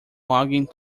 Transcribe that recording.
logging